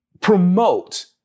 promote